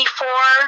four